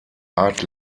art